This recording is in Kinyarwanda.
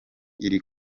iri